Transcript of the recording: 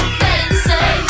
fancy